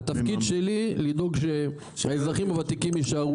התפקיד שלי זה לדאוג שהאזרחים הוותיקים יישארו